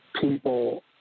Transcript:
people